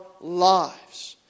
lives